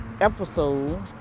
Episode